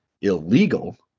illegal